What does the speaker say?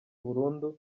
burundu